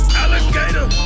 alligator